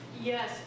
Yes